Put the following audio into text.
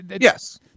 yes